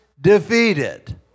defeated